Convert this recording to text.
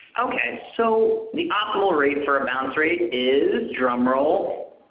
okay, so the optimal rate for bounce rate is, drum roll,